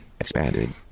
expanded